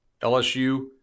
LSU